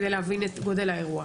כדי להבין את גודל האירוע.